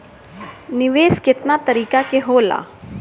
निवेस केतना तरीका के होला?